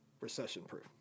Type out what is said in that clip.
recession-proof